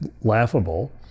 laughable